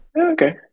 Okay